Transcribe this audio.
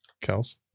Kels